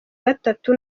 gatatu